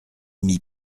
mit